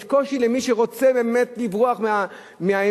יש קושי למי שרוצה באמת לברוח מהאמת,